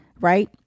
right